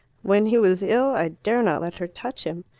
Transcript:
when he was ill i dare not let her touch him.